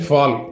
Fall